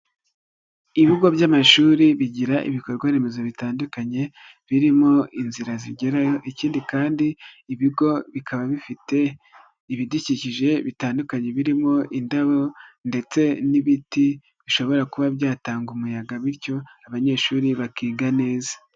Ibigo by'amashuri bigira ibikorwaremezo bitandukanye, birimo inzira zigerayo ikindi kandi ibigo bikaba bifite ibidukikije bitandukanye birimo indabo, ndetse n'ibiti bishobora kuba byatanga umuyaga, bityo abanyeshuri bakiga neza.